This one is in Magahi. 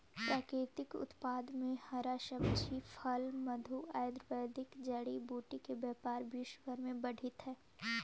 प्राकृतिक उत्पाद में हरा सब्जी, फल, मधु, आयुर्वेदिक जड़ी बूटी के व्यापार विश्व भर में बढ़ित हई